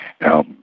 Now